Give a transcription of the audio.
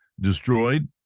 destroyed